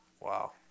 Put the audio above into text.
Wow